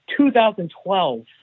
2012